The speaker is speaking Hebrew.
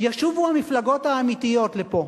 ישובו המפלגות האמיתיות לפה,